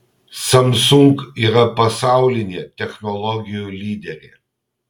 samsung yra pasaulinė technologijų lyderė